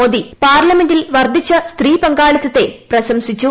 മോദി പാർലമെന്റിൽ പ്വർധിച്ച സ്ത്രീ പങ്കാളിത്തത്തെ പ്രശംസിച്ചു